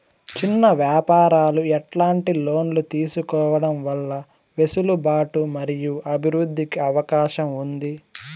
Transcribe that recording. చిన్న వ్యాపారాలు ఎట్లాంటి లోన్లు తీసుకోవడం వల్ల వెసులుబాటు మరియు అభివృద్ధి కి అవకాశం ఉంది?